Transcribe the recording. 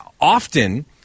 often